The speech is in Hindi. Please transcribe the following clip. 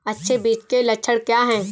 अच्छे बीज के लक्षण क्या हैं?